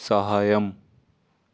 సహాయం